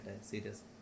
Serious